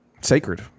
sacred